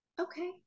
okay